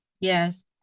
Yes